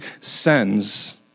sends